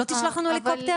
לא תשלח לנו הליקופטר?